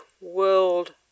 world